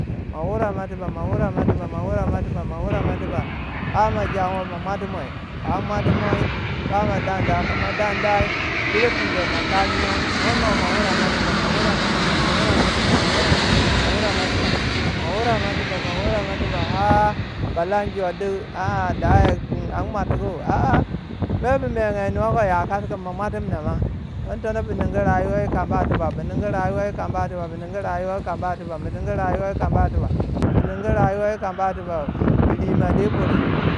ma wure mai tiba ma wure mai tiba ma wurei ma tiba, har ma janwa ma mwatmuwe, ka mwatimuwai ba ma dan dau, ka ma dandai fere fun don ma ka nyau mer mo ma wure mai tiba ma wurei mo mai tiba ma wurei mai tiba ma wurei mai tiba ma wurei mo tiba. ma wurei mai tiba ma wurei ma tiba, har ma lan jor di a- a pun mo an mwatgu. Aa mere bu menga yi noi kam ya kasgu kin ma mwatmin ma don tono bi ningu rayuwa yi kama tiba bu ningu rayuwa yi kama tiba ma ningu rayuwa yi kama tiba bu ningu rayuwa yi kama tiba bu ningu rayuwa yi kama tiba. bu rimandi burei.